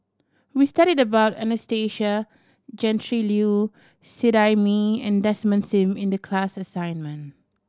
we studied about Anastasia Tjendri Liew Seet Ai Mee and Desmond Sim in the class assignment